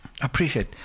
appreciate